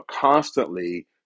constantly